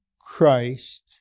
Christ